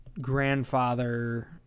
grandfather